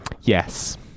Yes